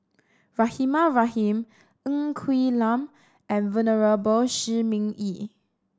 Rahimah Rahim Ng Quee Lam and Venerable Shi Ming Yi